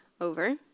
over